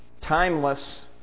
timeless